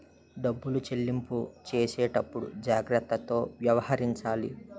డబ్బులు చెల్లింపు చేసేటప్పుడు జాగ్రత్తతో వ్యవహరించాలి